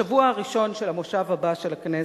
בשבוע הראשון של המושב הבא של הכנסת,